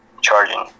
charging